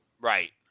Right